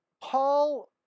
Paul